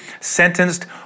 sentenced